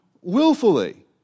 willfully